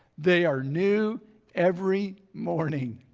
they are new every morning.